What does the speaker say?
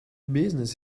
business